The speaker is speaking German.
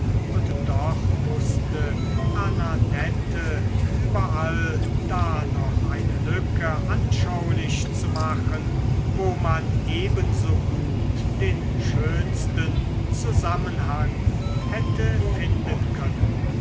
und doch wußte ananette überall da noch eine lücke anschaulich zu machen wo man ebensogut den schönsten zusammenhang hätte finden können